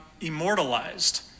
immortalized